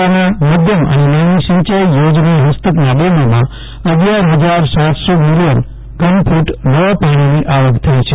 જિલ્લાના મધ્યમ અને નાની સિંચાઇ થોજના ફસ્તકના ડેમોમાં અગિયાર ફજાર સાતસો મિલીયન ધનફ્ટ નવા પાણીની આવક થઇ છે